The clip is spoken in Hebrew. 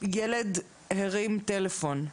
ילד הרים טלפון,